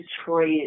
Detroit